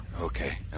Okay